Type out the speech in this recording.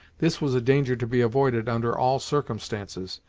this was a danger to be avoided under all circumstances,